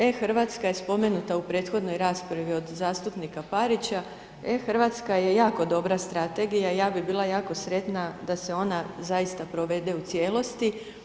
E-Hrvatska je spomenuta u prethodnoj raspravi od zastupnika Parića, e-Hrvatska je jako strategija, ja bi bila jako sretna da se ona zaista provede u cijelosti.